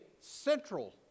central